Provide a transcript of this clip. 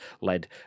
led